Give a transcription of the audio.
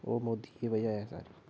ओह् मोदी वजह् गै सारी